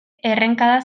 errenkada